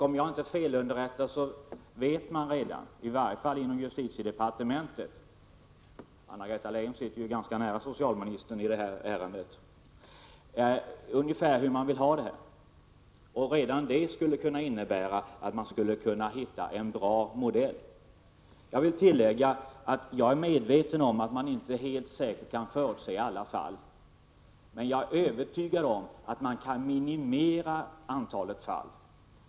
Om jag inte är felunderrättad vet man redan — i varje fall inom justitiedepartementet, där Anna-Greta Leijon sitter ganska nära socialministern i det här ärendet — ungefär hur man vill ha det. Redan detta skulle kunna innebära att man kunde hitta en bra modell. Jag vill tillägga att jag är medveten om att man inte helt säkert kan förutse alla fall. Jag är emellertid övertygad om att det går att minimera antalet fall.